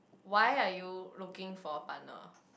why are you looking for a partner